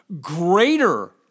greater